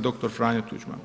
dr. Franjo Tuđman.